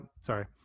Sorry